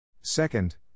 Second